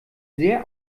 sehr